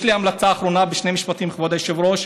יש לי המלצה אחרונה בשני משפטים, כבוד היושב-ראש: